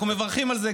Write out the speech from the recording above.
אנחנו מברכים על זה,